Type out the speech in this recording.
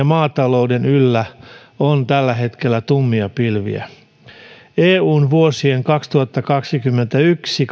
maatalouden yllä on tällä hetkellä tummia pilviä eun vuosien kaksituhattakaksikymmentäyksi